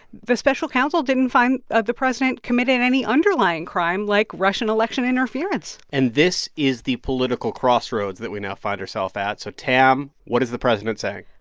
the special counsel didn't find ah the president committed any underlying crime like russian election interference and this is the political crossroads that we now find ourself at so, tam, what is the president saying?